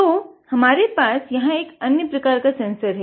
तो हमारे आप् यहाँ एक अन्य प्रकार का सेंसर है